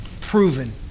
proven